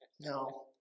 No